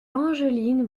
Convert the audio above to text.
angeline